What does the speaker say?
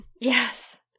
Yes